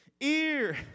Ear